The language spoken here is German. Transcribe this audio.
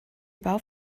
bau